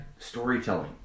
storytelling